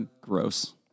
Gross